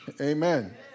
amen